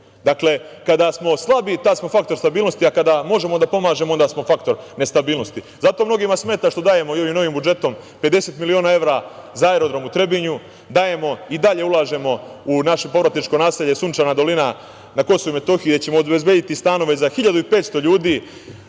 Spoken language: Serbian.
Dakle, kada smo slabi tad smo faktor stabilnosti, a kada možemo da pomažemo onda smo faktor nestabilnosti. Zato mnogima smeta što dajemo i ovim novim budžetom 50 miliona evra za aerodrom u Trebinju, dajemo i dalje ulažemo u naše povratničko naselje Sunčana dolina na KiM, gde ćemo obezbediti stanove za 1.500 ljudi.